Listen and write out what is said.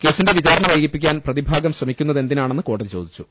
കേസിന്റെ വിചാരണ വൈകിപ്പിക്കാൻ പ്രതിഭാഗം ശ്രമിക്കുന്നതെന്തിനാ ണെന്ന് കോടതി ചോദിച്ചു